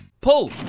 Pull